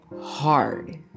hard